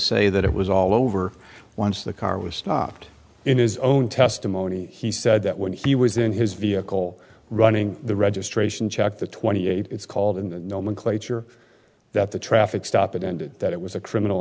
say that it was all over once the car was stopped in his own testimony he said that when he was in his vehicle running the registration check the twenty eight it's called in the nomenclature that the traffic stop it ended that it was a criminal